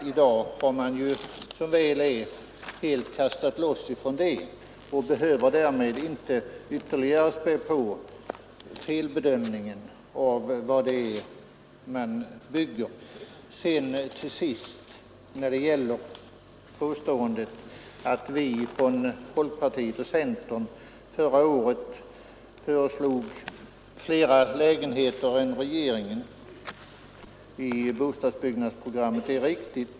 I dag har man som väl är helt kastat loss från det tänkesättet och behöver därmed inte ytterligare späda på felbedömningen av vad man skall bygga. Det är riktigt att vi från folkpartiet och centerpartiet förra året föreslog flera lägenheter än regeringen i bostadsbyggnadsprogrammet.